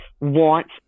wants